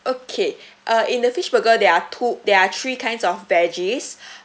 okay uh in the fish burger there are two there are three kinds of veggies uh